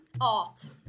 Art